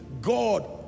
God